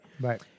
Right